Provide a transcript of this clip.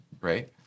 right